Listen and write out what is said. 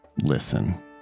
listen